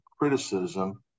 criticism